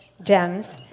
gems